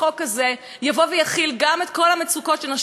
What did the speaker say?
כל המצוקות שנשים סובלות לאורך שנים,